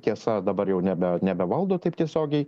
tiesa dabar jau nebe nebevaldo taip tiesiogiai